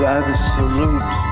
absolute